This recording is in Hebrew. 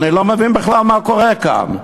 אני לא מבין בכלל מה קורה כאן.